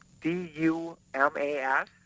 D-U-M-A-S